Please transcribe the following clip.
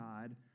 God